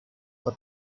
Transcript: but